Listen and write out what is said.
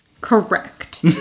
Correct